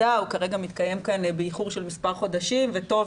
מתקיים כאן באיחור של מספר חודשים וטוב